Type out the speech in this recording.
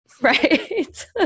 Right